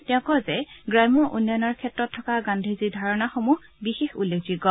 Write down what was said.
তেওঁ কয় যে গ্ৰাম্য উন্নয়নৰ ক্ষেত্ৰত থকা গান্ধীজিৰ ধাৰণাসমূহ বিশেষ উল্লেখযোগ্য